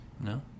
No